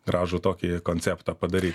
gražų tokį konceptą padaryt